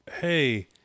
Hey